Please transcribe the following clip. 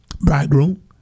Bridegroom